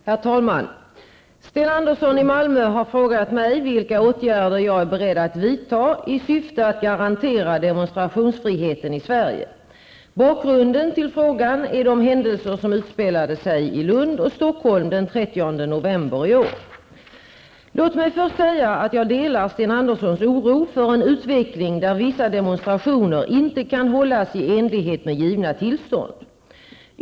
Herr talman! Sten Andersson i Malmö har frågat mig vilka åtgärder jag är beredd att vidta i syfte att garantera demonstrationsfriheten i Sverige. Bakgrunden till frågan är de händelser som utspelade sig i Lund och Stockholm den 30 Låt mig först säga att jag delar Sten Anderssons oro för en utveckling där vissa demonstrationer inte kan hållas i enlighet med givna tillstånd.